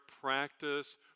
practice